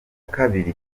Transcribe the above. kabiri